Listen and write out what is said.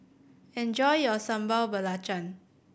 enjoy your Sambal Belacan